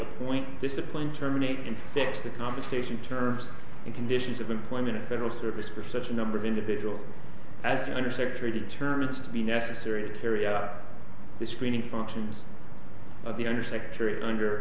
appoint discipline terminate and fix the commutation terms and conditions of employment in federal service for such a number of individuals acting under secretary determines to be necessary to carry out the screening functions of the undersecretary under